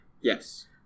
Yes